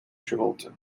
travolta